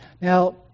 Now